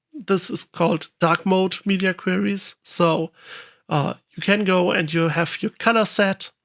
this is called dark mode media queries. so you can go and you have your color set,